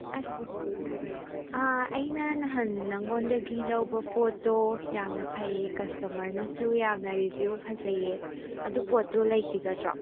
ꯑꯁ ꯑꯩꯅ ꯅꯍꯥꯟ ꯅꯪꯉꯣꯟꯗꯒꯤ ꯂꯧꯕ ꯄꯣꯠꯇꯣ ꯌꯥꯝꯅ ꯐꯩꯑꯦ ꯀꯁꯇꯃꯔꯅꯁꯨ ꯌꯥꯝꯅ ꯔꯤꯚ꯭ꯌꯨ ꯐꯖꯩꯑꯦ ꯑꯗꯨ ꯄꯣꯠꯇꯨ ꯂꯩꯈꯤꯒꯗ꯭ꯔꯣ